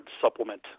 supplement